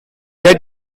due